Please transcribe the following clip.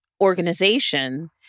organization